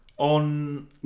On